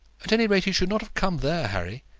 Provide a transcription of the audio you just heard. at any rate he should not have come there, harry.